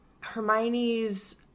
Hermione's